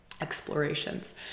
explorations